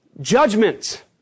judgment